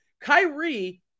Kyrie